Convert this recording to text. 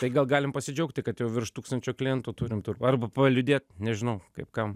tai gal galim pasidžiaugti kad jau virš tūkstančio klientų turim arba paliūdėt nežinau kaip kam